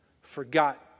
Forgotten